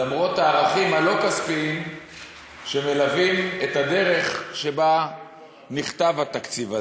למרות הערכים הלא-כספיים שמלווים את הדרך שבה נכתב התקציב הזה.